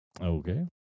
Okay